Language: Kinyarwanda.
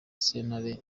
sentare